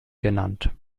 genannt